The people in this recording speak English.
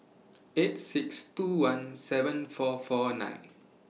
eight six two one seven four four nine